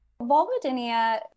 Vulvodynia